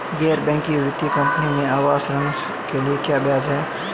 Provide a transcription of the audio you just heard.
गैर बैंकिंग वित्तीय कंपनियों में आवास ऋण के लिए ब्याज क्या है?